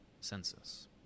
census